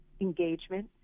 engagement